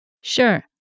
Sure